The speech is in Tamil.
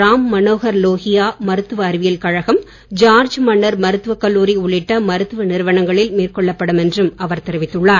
ராம் மனோகர் லோகியா மருத்துவ அறிவியல் கழகம் ஜார்ஜ் மன்னர் மருத்துவக் கல்லூரி உள்ளிட்ட மருத்துவ நிறுவனங்களில் மேற்கொள்ளப் படும் என்றும் அவர் தெரிவித்துள்ளார்